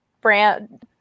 brand